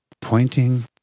pointing